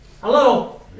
Hello